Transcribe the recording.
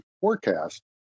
forecast